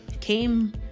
came